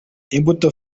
imbuto